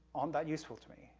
um that useful to me.